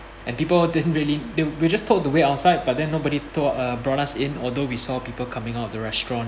and people didn't really they we were just told to wait outside but then nobody told uh brought us in although we saw people coming out of the restaurant